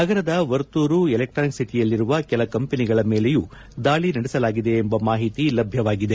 ನಗರದ ವರ್ತೂರು ಎಲೆಕ್ಟಾನಿಕ್ ಸಿಟಿಯಲ್ಲಿರುವ ಕೆಲ ಕಂಪನಿಗಳ ಮೇಲೆಯೂ ದಾಳಿ ನಡೆಸಲಾಗಿದೆ ಎಂಬ ಮಾಹಿತಿ ಲಭ್ಯವಾಗಿದೆ